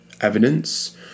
evidence